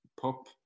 pop